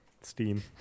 Steam